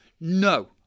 no